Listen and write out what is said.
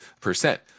percent